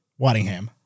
waddingham